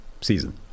season